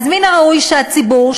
אז מן הראוי שהציבור,